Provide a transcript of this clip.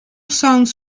songs